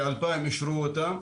ב-2000 אישרו אותה,